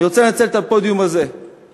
אני רוצה לנצל את הפודיום הזה כדי